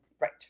right